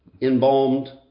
Embalmed